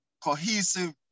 cohesive